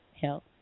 health